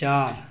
चार